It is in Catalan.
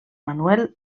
manuel